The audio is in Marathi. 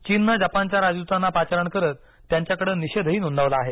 चीननं जपानच्या राजदूतांना पाचारण करत त्यांच्याकडे निषेधही नोंदवला आहे